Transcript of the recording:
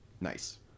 Nice